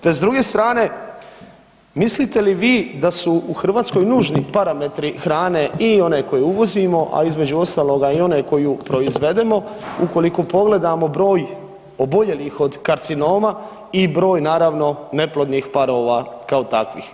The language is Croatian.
Te s druge strane, mislite li vi da su u Hrvatskoj nužni parametri hrane i one koje uvozimo a između ostaloga i one koju proizvedemo, ukoliko pogledamo broj oboljelih od karcinoma i broj naravno, neplodnih parova kao takvih?